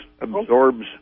absorbs